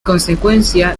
consecuencia